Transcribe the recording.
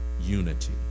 unity